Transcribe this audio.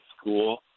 School